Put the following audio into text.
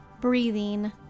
breathing